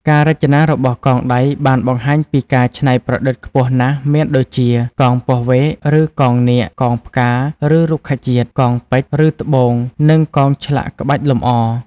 ការរចនារបស់កងដៃបានបង្ហាញពីការច្នៃប្រឌិតខ្ពស់ណាស់មានដូចជា កងពស់វែក ឬកងនាគ កងផ្កា ឬរុក្ខជាតិ កងពេជ្រ ឬត្បូង និងកងឆ្លាក់ក្បាច់លម្អ។